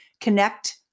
connect